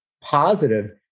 positive